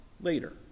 later